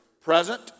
present